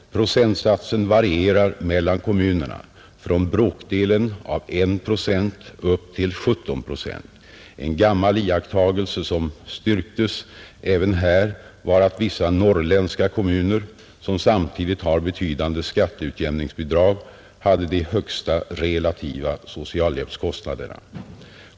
Procentsatsen varierade mellan kommunerna från bråkdelen av en procent upp till 17 procent. En gammal iakttagelse som styrktes även här var att vissa norrländska kommuner — som samtidigt har betydande skatteutjämningsbidrag — hade de högsta relativa socialhjälpskostnaderna.